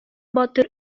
батыр